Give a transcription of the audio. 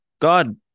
God